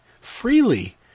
freely